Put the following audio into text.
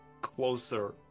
Closer